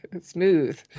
Smooth